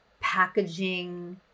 packaging